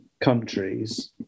countries